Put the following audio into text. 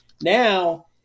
now